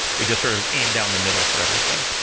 we just sort of aim down the middle for everything.